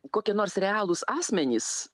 kokie nors realūs asmenys